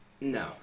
No